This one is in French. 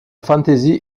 fantaisie